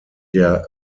der